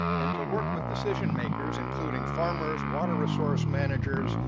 and to work with decision-makers, including farmers, water resource managers,